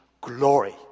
glory